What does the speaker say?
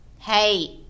Hey